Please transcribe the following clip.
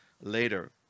later